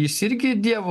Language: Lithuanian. jis irgi dievo